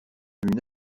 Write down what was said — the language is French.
une